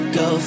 go